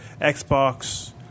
Xbox